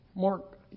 Mark